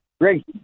Great